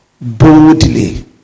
boldly